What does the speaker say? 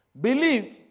Believe